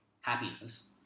happiness